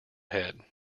head